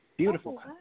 Beautiful